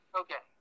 okay